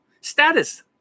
Status